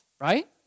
right